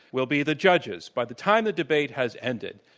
will be the judges. by the time the debate has ended,